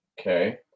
Okay